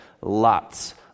lots